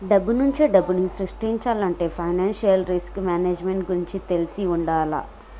డబ్బునుంచే డబ్బుని సృష్టించాలంటే ఫైనాన్షియల్ రిస్క్ మేనేజ్మెంట్ గురించి తెలిసి వుండాల